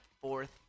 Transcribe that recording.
fourth